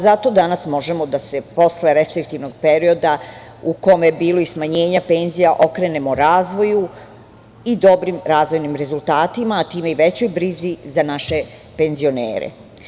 Zato danas možemo da se posle restriktivnog perioda, u kome je bilo i smanjenje penzija, okrenemo razvoju i dobrim razvojnim rezultatima, a time i većoj brizi za naše penzionere.